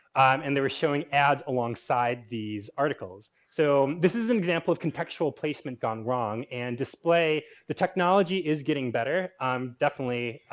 and they were showing ads alongside these articles so, this is an example of contextual placement gone wrong. and display, the technology is getting better um definitely.